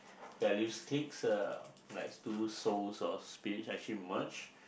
values click uh like two souls or spirits actually merge